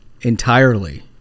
entirely